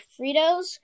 Fritos